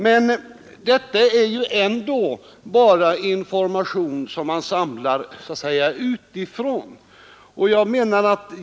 Men detta ju ändå bara att samla information så att säga utifrån.